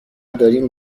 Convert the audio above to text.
داریم